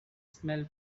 smell